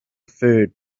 food